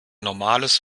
normales